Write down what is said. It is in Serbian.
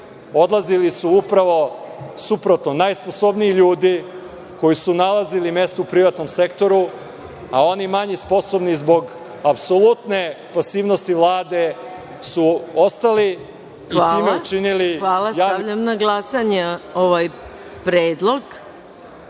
Odlazili su upravo suprotno, najsposobniji ljudi koji su nalazili mesto u privatnom sektoru, a oni manje sposobni zbog apsolutne pasivnosti Vlade su ostali i time učinili javni sektor loš.